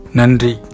nandri